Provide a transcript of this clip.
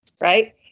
right